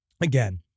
again